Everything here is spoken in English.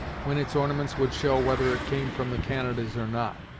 when its ornaments would show whether it came from the canadas or not.